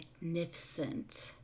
magnificent